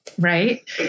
Right